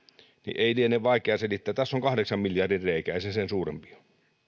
ei liene vaikea selittää tässä on kahdeksan miljardin reikä ei se sen suurempi ole